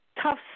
tough